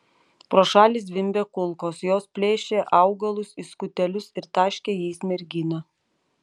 pro šalį zvimbė kulkos jos plėšė augalus į skutelius ir taškė jais merginą